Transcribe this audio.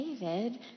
David